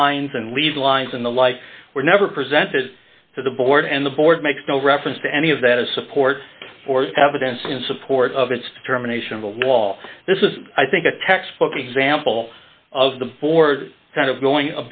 lines and leave lines and the like were never presented to the board and the board makes no reference to any of that as support for evidence in support of it's determination of a wall this is i think a textbook example of the board kind of going